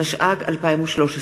התשע"ג 2013,